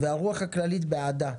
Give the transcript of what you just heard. והרוח הכללית בעדה,